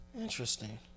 Interesting